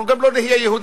אנחנו גם לא נהיה יהודים,